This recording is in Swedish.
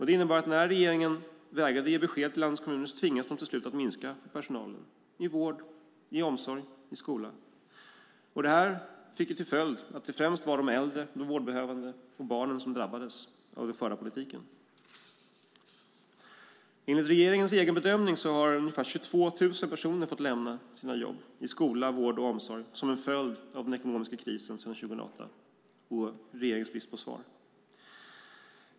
Det innebar att när regeringen vägrade ge besked till landets kommuner tvingades de till slut att minska på personalen inom vård, omsorg och skola. Det här fick till följd att det främst var de äldre, de vårdbehövande och barnen som drabbades av den förda politiken. Enligt regeringens egen bedömning har ungefär 22 000 personer fått lämna sina jobb i skola, vård och omsorg som en följd av den ekonomiska krisen sedan 2008 och regeringens brist på svar.